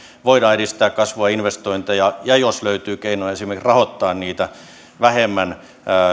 voidaan edistää kasvua ja investointeja ja jos löytyy keino esimerkiksi rahoittaa niitä vähemmän